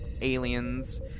aliens